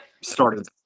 started